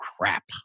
crap